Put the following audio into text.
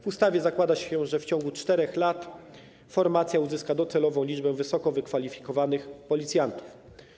W ustawie zakłada się, że w ciągu 4 lat formacja uzyska docelową liczbę wysoko wykwalifikowanych funkcjonariuszy.